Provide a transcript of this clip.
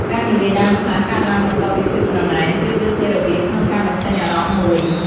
ការនិយាយដើមខ្លះកើតឡើងបន្ទាប់ពីភាពច្រណែន ប្រៀបដូចជារបៀបក្នុងការបញ្ចេញអារម្មណ៍មួយ។